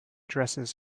dresses